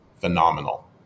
phenomenal